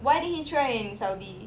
why didn't he try in saudi